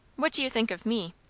what do you think of me?